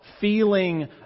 feeling